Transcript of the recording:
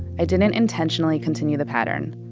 i didn't intentionally continue the pattern.